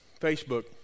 Facebook